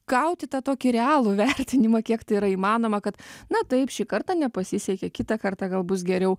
gauti tą tokį realų vertinimą kiek tai yra įmanoma kad na taip šį kartą nepasisekė kitą kartą gal bus geriau